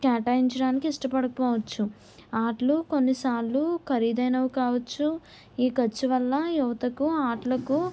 కేటాయించడానికి ఇష్టపడకపోవచ్చు ఆటలు కొన్నిసార్లు ఖరీదైనవి కావచ్చు ఈ ఖర్చు వల్ల యువతకు ఆటలకు